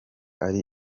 ari